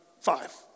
five